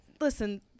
listen